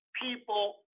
People